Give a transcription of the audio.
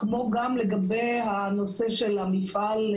כמו גם לגבי הנושא של המפעל,